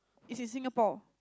is in Singapore